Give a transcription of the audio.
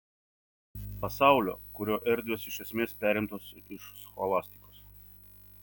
pasaulio kurio erdvės iš esmės perimtos iš scholastikos